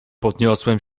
podniosłem